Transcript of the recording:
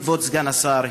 כבוד סגן השר,